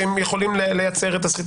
שהם יכולים לייצר את הסחיטה,